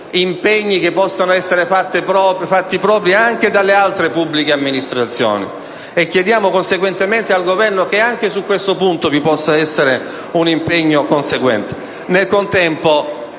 quest'atto possano essere fatti propri anche dalle altre pubbliche amministrazioni. Chiediamo conseguentemente al Governo che anche su questo ultimo punto possa esservi un impegno conseguente. Nel contempo,